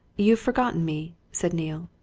you've forgotten me! said neale.